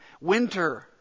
winter